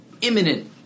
imminent